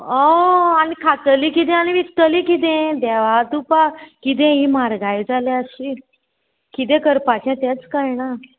होय आनी खातली किदें आनी विचतलीं किदें देवा दिवपा किदें ही म्हारगाय जाल्या अशी किदें करपाचें तेंच कळना